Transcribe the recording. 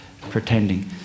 pretending